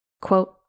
Quote